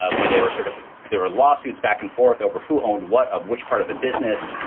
ah where they were sort of there were lawsuits back and forth over who owned what of which part of the business.